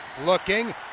looking